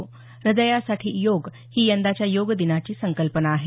हृदयासाठी योग ही यंदाच्या योग दिनाची संकल्पना आहे